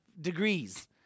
degrees